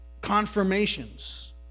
confirmations